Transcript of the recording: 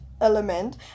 element